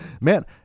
man